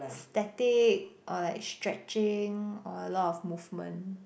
static or like stretching or a lot of movement